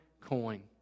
coin